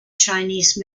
chinese